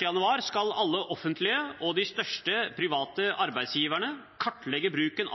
januar skal alle de offentlige og de største private arbeidsgiverne kartlegge bruken